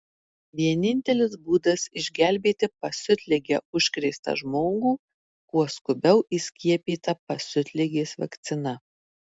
vienintelis būdas išgelbėti pasiutlige užkrėstą žmogų kuo skubiau įskiepyta pasiutligės vakcina